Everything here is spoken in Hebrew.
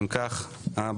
הצבעה בעד,